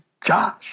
Josh